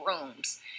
rooms